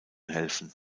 helfen